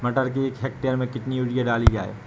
मटर के एक हेक्टेयर में कितनी यूरिया डाली जाए?